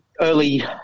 early